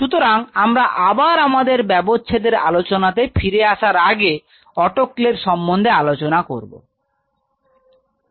সুতরাং আমরা আবার আমাদের ব্যবচ্ছেদের আলোচনাতে ফিরে আসার আগে অটোক্লেভ সম্বন্ধে আলোচনা করব